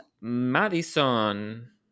Madison